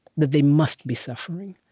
that they must be suffering.